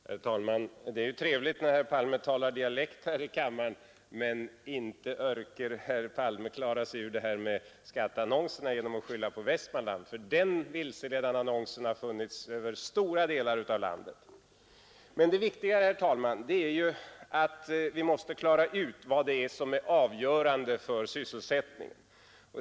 Herr talman! Det är trevligt när herr Palme talar dialekt här i kammaren, men inte ”örker” herr Palme klara sig ur det här med skatteannonserna genom att skylla på Västmanland, för den vilseledande annonsen har funnits över stora delar av landet. Det viktiga, herr talman, är att vi klarar ut vad som är avgörande för sysselsättningen.